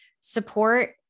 support